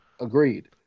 Agreed